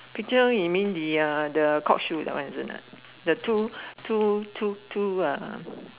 picture you mean the uh the court shoes that one isn't it the two two two two uh